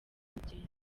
urugendo